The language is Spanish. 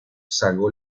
salvo